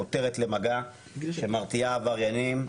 חותרת למגע ומרתיעה עבריינים.